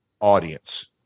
audience